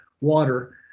water